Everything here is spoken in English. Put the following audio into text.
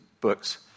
books